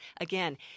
again